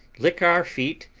lick our feet,